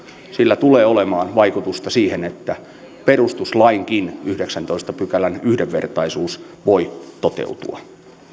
sillä tulee olemaan vaikutusta siihen että perustuslainkin yhdeksännentoista pykälän yhdenvertaisuus voi toteutua